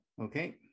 Okay